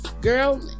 Girl